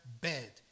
bed